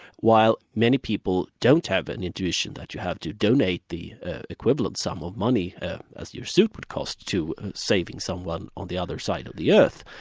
while many people don't have an intuition that you have to donate the equivalent sum of money as your suit would cost to saving someone on the other side of the earth,